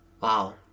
wow